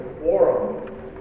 forum